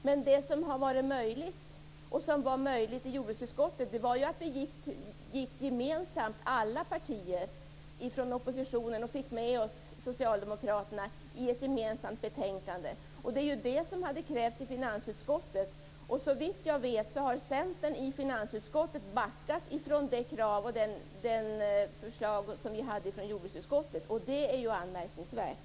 Men det som var möjligt i jordbruksutskottet var att vi i alla partier i oppositionen fick med oss Socialdemokraterna på ett gemensamt betänkande. Det är det som hade krävts i finansutskottet. Såvitt jag vet har Centern i finansutskottet backat från de krav och de förslag som vi hade i jordbruksutskottet. Det är anmärkningsvärt.